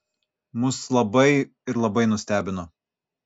mus labai ir labai nustebino